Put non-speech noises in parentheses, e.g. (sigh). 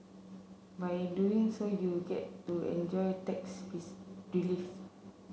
by doing so you get to enjoy tax (unintelligible) relief